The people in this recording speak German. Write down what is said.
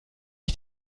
ich